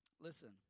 Listen